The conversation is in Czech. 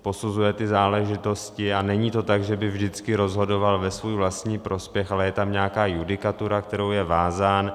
Posuzuje ty záležitosti, a není to tak, že by vždycky rozhodoval ve svůj vlastní prospěch, ale je tam nějaká judikatura, kterou je vázán.